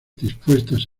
dispuestas